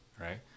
right